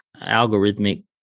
algorithmic